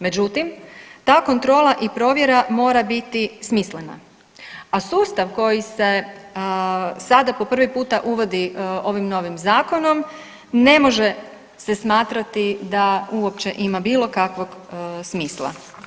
Međutim, ta kontrola i provjera mora biti smislena, a sustav koji se sada po prvi puta uvodi ovim novim zakonom ne može se smatrati da uopće ima bilo kakvog smisla.